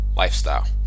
lifestyle